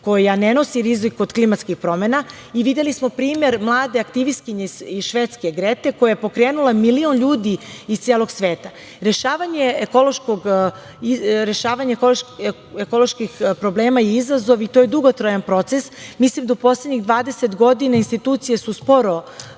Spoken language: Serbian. koja ne nosi rizik od klimatskih promena. Videli smo primer mlade aktivistkinje iz Švedske, Grete, koja je pokrenula milion ljudi iz celog sveta. Rešavanje ekoloških problema je izazov i to je dugotrajan proces. Mislim da su u poslednjih 20 godina institucije sporo